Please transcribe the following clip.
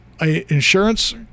insurance